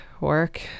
work